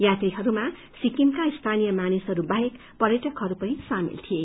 यात्रीहरूमा सिक्रिमका स्थानीय मानिसहरू बाहेक पर्यटकहरू पनि सामेल थिए